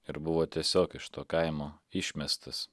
ir buvo tiesiog iš to kaimo išmestas